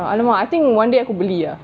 ya !alamak! I think one day aku beli ah